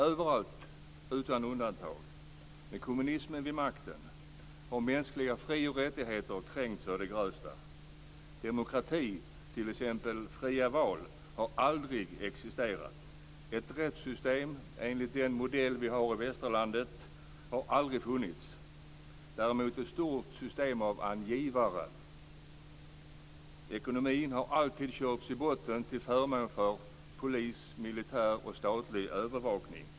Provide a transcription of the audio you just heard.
Överallt utan undantag, med kommunismen vid makten har mänskliga fri och rättigheter kränkts å det grövsta. Demokrati, t.ex. fria val, har aldrig existerat. Ett rättssystem enligt den modell vi har i västerlandet har aldrig funnits, däremot ett stort system av angivare. Ekonomin har alltid körts i botten till förmån för polis, militär och statlig övervakning.